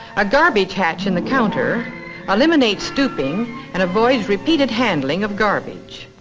a garbage hatch in the counter eliminate stooping and avoid repeated handling of garbage.